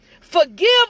forgive